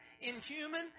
inhuman